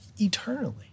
eternally